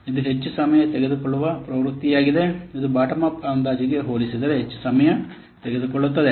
ಇದು ಹೆಚ್ಚು ಸಮಯ ತೆಗೆದುಕೊಳ್ಳುವ ಪ್ರವೃತ್ತಿಯಾಗಿದೆ ಇದು ಬಾಟಮ್ ಅಪ್ ಅಂದಾಜುಗೆ ಹೋಲಿಸಿದರೆ ಹೆಚ್ಚು ಸಮಯ ತೆಗೆದುಕೊಳ್ಳುತ್ತದೆ